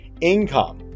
income